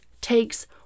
takes